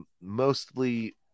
mostly